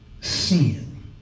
sin